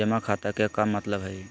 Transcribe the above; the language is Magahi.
जमा खाता के का मतलब हई?